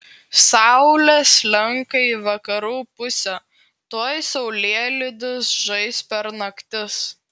saulė slenka į vakarų pusę tuoj saulėlydis žais per naktis